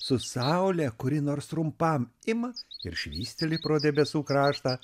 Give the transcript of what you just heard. su saule kuri nors trumpam ima ir švysteli pro debesų kraštą